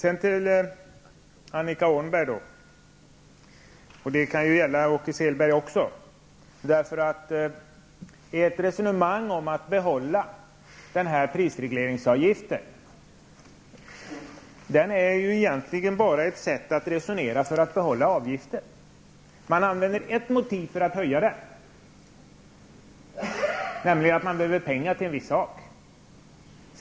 Ert resonemang om att behålla prisregleringsavgiften, Annika Åhnberg och Åke Selberg, är egentligen bara ett sätt att resonera för att behålla avgiften. Man använder ett motiv för att höja avgiften, nämligen att man behöver pengar till en viss sak.